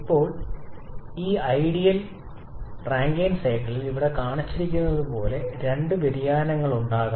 ഇപ്പോൾ ideal Rankine സൈക്കിളിന് ഇവിടെ കാണിച്ചിരിക്കുന്നതുപോലെ രണ്ട് വ്യതിയാനങ്ങൾ ഉണ്ടാകാം